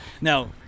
Now